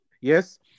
Yes